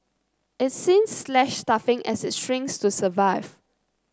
it's since slashed staffing as it shrinks to survive